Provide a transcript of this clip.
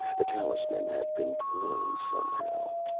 the talisman had been worn somehow.